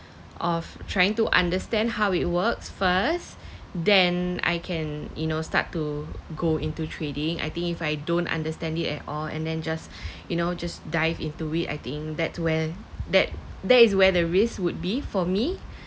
of trying to understand how it works first then I can you know start to go into trading I think if I don't understand it at all and then just you know just dive into it I think that's when that that is where the risk would be for me